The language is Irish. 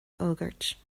fhógairt